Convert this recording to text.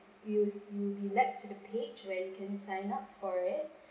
you you will be led to the page where you can sign up for it